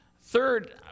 Third